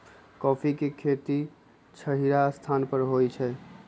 coffee में खेती छहिरा स्थान पर होइ छइ